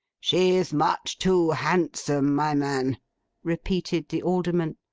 she's much too handsome, my man repeated the alderman.